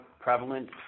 prevalent